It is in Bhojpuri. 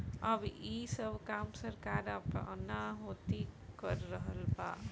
अब ई सब काम सरकार आपना होती कर रहल बा